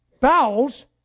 Bowels